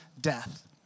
death